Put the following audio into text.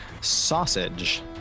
Sausage